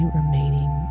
remaining